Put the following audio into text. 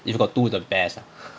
if you got two the best ah